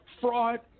fraud